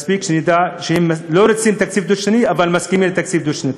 מספיק שנדע שהם לא רוצים תקציב דו-שנתי אבל מסכימים לתקציב דו-שנתי.